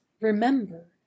Remember